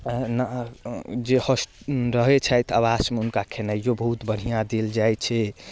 जे होस रहै छैथ आवासमे हुनका खेनाइयो बहुत बढ़िआँ देल जाइ छै